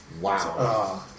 Wow